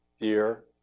dear